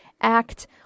act